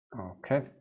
Okay